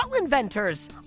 inventors